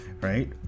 right